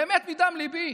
באמת מדם ליבי,